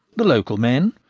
the local men,